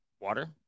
water